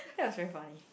that was very funny